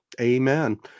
Amen